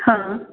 हां